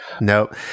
Nope